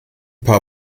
paar